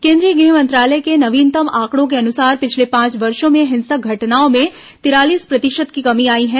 केंद्रीय गृह मंत्रालय के नवीनतम आंकड़ों के अनुसार पिछले पांच वर्षो में हिंसक घटनाओं में तिरालीस प्रतिशत की कमी आई है